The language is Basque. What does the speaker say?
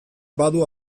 badu